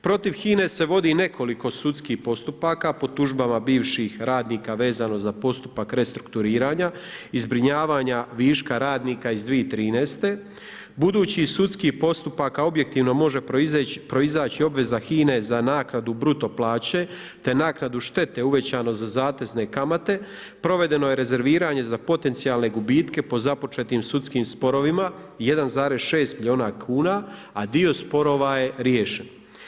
Protiv HINA-e se vodi nekoliko sudskih postupaka, po tužbama bivših radnika vezno za postupak restrukturiranja i zbrinjavanja viška radnika iz 2013. budući sudski postupaka objektivno može proizaći obveze HINA-e za naknadu bruto plaće, te naknadu štete uvećano za zatezne kamate, provedeno je rezerviranje za potencijalne gubitke po započete sudskim sporovima 1,6 milijuna kuna, a dio sporova je riješeno.